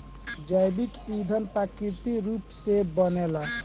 जैविक ईधन प्राकृतिक रूप से बनेला